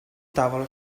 tavolo